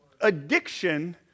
Addiction